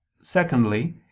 Secondly